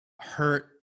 hurt